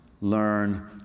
learn